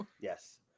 Yes